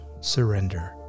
surrender